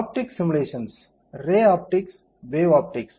optic simulations ray optics wave optics